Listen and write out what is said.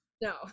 No